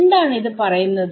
എന്താണ് ഇത് പറയുന്നത്